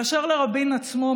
באשר לרבין עצמו,